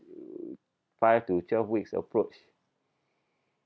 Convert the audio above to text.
five to twelve weeks approach